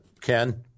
Ken